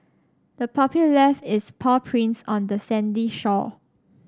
the puppy left its paw prints on the sandy shore